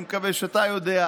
אני מקווה שאתה יודע,